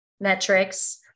metrics